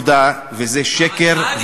את הצעת החוק בקריאה שנייה ובקריאה שלישית.